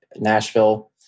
Nashville